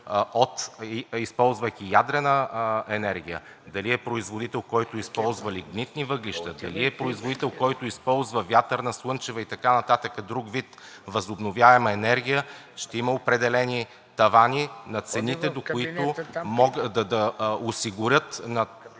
използвайки ядрена енергия, дали е производител, който използва лигнитни въглища, дали е производител, който използва вятърна, слънчева и така нататък друг вид възобновяема енергия, ще има определени тавани на цените, до които могат да осигурят